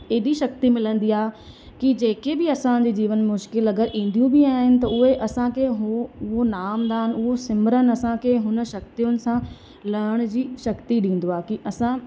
एॾी शक्ती मिलंदी आहे कि जेके बि असांजे जीवन मुश्किल अगरि ईंदियूं बि आहिनि त उहे असांखे हो उहो नाम दान उहो सिमरन असांखे हुन शक्तियुनि सां लहण जी शक्ति ॾींदो आहे कि असां